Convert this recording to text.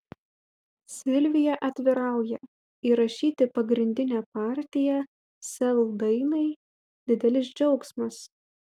silvija atvirauja įrašyti pagrindinę partiją sel dainai didelis džiaugsmas